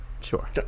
sure